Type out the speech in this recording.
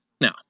Now